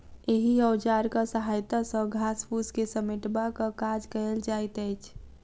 एहि औजारक सहायता सॅ घास फूस के समेटबाक काज कयल जाइत अछि